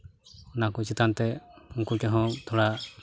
ᱚᱱᱟ ᱠᱚ ᱪᱮᱛᱟᱱ ᱛᱮ ᱩᱱᱠᱩ ᱴᱷᱮᱡ ᱦᱚᱸ ᱛᱷᱚᱲᱟ